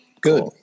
Good